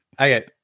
Okay